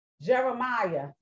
Jeremiah